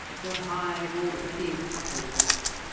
the hive already covers us,